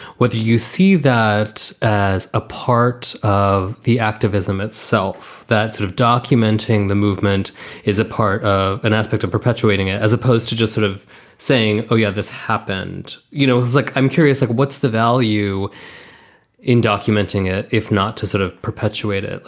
whether you see it as a part of the activism itself, that sort of documenting the movement is a part of an aspect of perpetuating it, as opposed to just sort of saying, oh, yeah, this happened. you know, look, i'm curious, like what's the value in documenting it, if not to sort of perpetuate it?